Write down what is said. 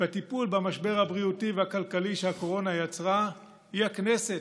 בטיפול במשבר הבריאותי והכלכלי שהקורונה יצרה היא הכנסת,